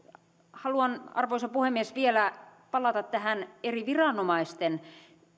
haluan arvoisa puhemies vielä palata tähän eri viranomaisten